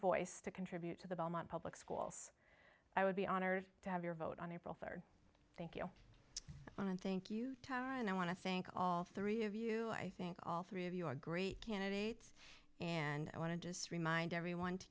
voice to contribute to the belmont public schools i would be honored to have your vote on april third thank you on thank you tara and i want to thank all three of you i think all three of you are great candidates and i want to just remind everyone to